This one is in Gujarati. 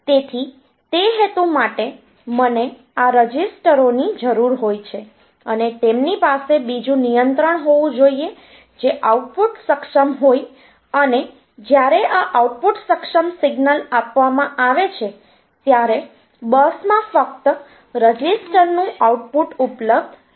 તેથી તે હેતુ માટે મને આ રજીસ્ટરોની જરૂર હોય છે અને તેમની પાસે બીજું નિયંત્રણ હોવું જોઈએ જે આઉટપુટ સક્ષમ હોય અને જ્યારે આ આઉટપુટ સક્ષમ સિગ્નલ આપવામાં આવે છે ત્યારે બસમાં ફક્ત રજિસ્ટરનું આઉટપુટ ઉપલબ્ધ રહેશે